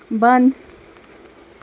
بنٛد